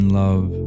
love